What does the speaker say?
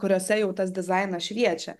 kuriose jau tas dizainas šviečia